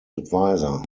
adviser